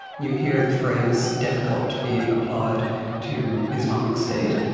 you hear the phrase death cult being applied to islamic state,